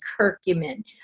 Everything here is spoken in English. curcumin